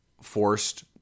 forced